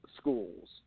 schools